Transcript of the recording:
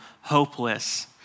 hopeless